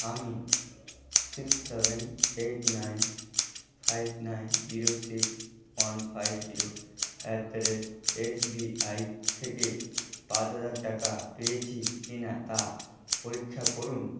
আমি six seven eight nine five nine zero six one five zero at the rate SBI থেকে পাঁচ হাজার টাকা পেয়েছি কিনা তা পরীক্ষা করুন